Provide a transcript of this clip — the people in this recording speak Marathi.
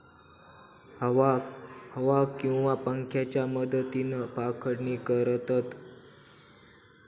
हवा किंवा पंख्याच्या मदतीन पाखडणी करतत